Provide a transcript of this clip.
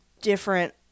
different